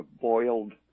boiled